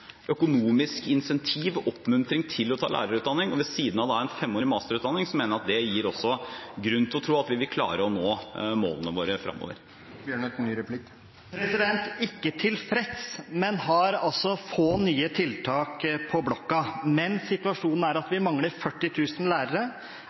økonomisk incentiv og en oppmuntring til å ta lærerutdanning. Ved siden av innføring av femårig masterutdanning mener jeg at det gir grunn til å tro at vi vil klare å nå målene våre fremover. Statsråden er ikke tilfreds, men har få nye tiltak på blokka. Situasjonen er at